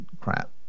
crap